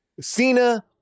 Cena